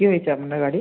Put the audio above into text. কী হয়েছে আপনার গাড়ির